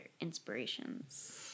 inspirations